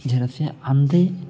जलस्य अन्ते